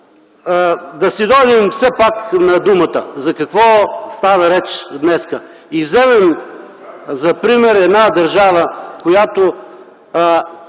да си дойдем на думата за какво стана реч днес и вземем за пример една държава, която